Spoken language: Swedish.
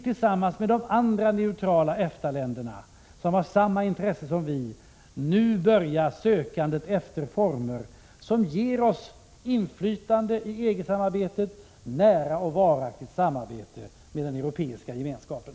Tillsammans med de andra neutrala EFTA-länderna, som har samma intresse som vi, vill vi dock nu börja sökandet efter former som ger oss inflytande i EG-samarbetet och ett nära och varaktigt samarbete med Europeiska gemenskapen.